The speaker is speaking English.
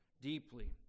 deeply